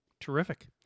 Terrific